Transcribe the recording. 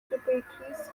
tributaries